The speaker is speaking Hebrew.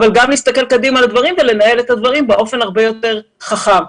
אבל גם להסתכל קדימה על הדברים ולנהל את הדברים באופן הרבה יותר חכם.